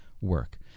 work